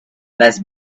less